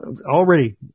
already